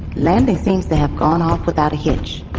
landing seems to have gone off without a hitch. ah